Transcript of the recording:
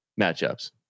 matchups